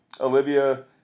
Olivia